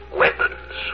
weapons